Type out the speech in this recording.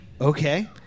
Okay